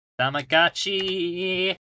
Tamagotchi